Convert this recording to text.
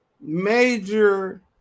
major